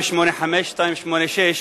285, 286,